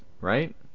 right